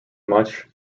much